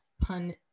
pun